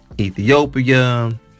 Ethiopia